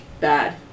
bad